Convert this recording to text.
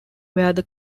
where